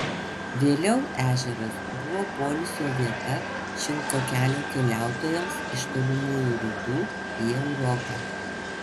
vėliau ežeras buvo poilsio vieta šilko kelio keliautojams iš tolimųjų rytų į europą